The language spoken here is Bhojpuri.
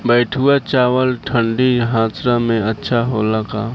बैठुआ चावल ठंडी सह्याद्री में अच्छा होला का?